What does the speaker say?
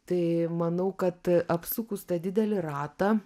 tai manau kad apsukus tą didelį ratą